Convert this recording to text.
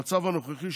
המצב הנוכחי,